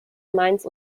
mainz